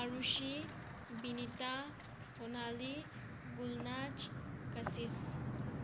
Anushi Binita Sonali Gulnaz Kashish